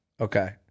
Okay